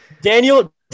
Daniel